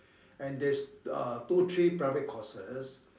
and there's uh two three private courses